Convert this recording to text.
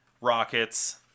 rockets